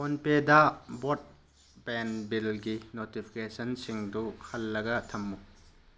phone ꯄꯦꯗ broadband ꯕꯤꯜꯒꯤ ꯅꯣꯇꯤꯐꯤꯀꯦꯁꯟꯁꯤꯡꯗꯨ ꯍꯜꯂꯒ ꯊꯝꯃꯨ